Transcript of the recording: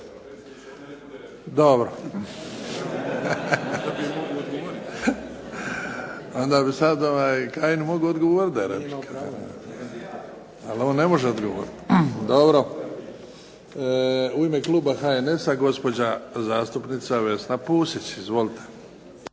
Dobro. Onda bi sad Kajin mogao odgovorit da je replika, ali on ne može odgovorit. Dobro. U ime kluba HNS-a gospođa zastupnica Vesna Pusić. Izvolite.